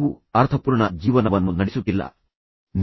ನೀವು ಅರ್ಥಪೂರ್ಣ ಜೀವನವನ್ನು ನಡೆಸುತ್ತಿಲ್ಲ